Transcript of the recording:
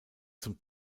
zum